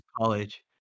college